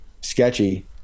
sketchy